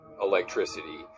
electricity